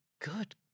good